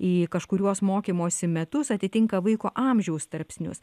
į kažkuriuos mokymosi metus atitinka vaiko amžiaus tarpsnius